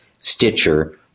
Stitcher